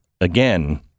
again